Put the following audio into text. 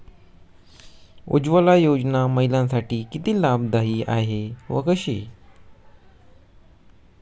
उज्ज्वला योजना महिलांसाठी किती लाभदायी आहे व कशी?